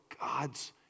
God's